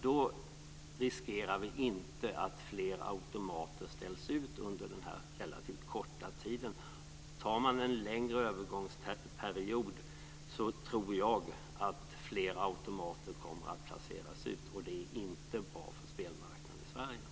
Då riskerar vi inte att fler automater ställs ut under den här relativt korta tiden. Ger vi en lägre övergångsperiod tror jag att fler automater kommer att placeras ut, och det är inte bra för spelmarknaden i